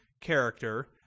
character